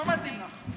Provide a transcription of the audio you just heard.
לא מתאים לך.